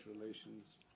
relations